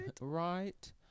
Right